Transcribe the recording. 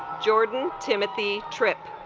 jordan timothy trip